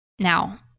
Now